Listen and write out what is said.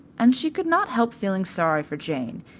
and she could not help feeling sorry for jane,